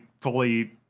fully